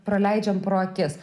praleidžiame pro akis